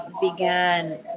began